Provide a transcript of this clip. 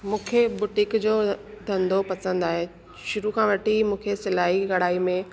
मूंखे बुटीक जो धंधो पसंदि आहे शुरू खां वठी मूंखे सिलाई कढ़ाई में